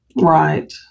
Right